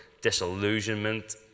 disillusionment